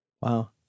Wow